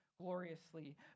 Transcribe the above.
gloriously